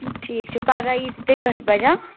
ٹھیٖک چھُ پَگاہ ییٖزِ تیٚلہِ ٲٹھِ بَجہِ ہَہ